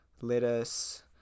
lettuce